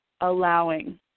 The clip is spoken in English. allowing